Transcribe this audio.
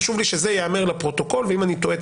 חשוב לי שזה ייאמר לפרוטוקול ואם אני טועה,